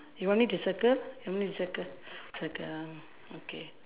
you want me to circle you want me to circle circle ah okay